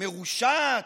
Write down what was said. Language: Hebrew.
מרושעת,